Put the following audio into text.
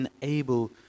enable